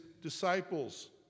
disciples